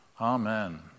Amen